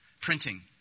printing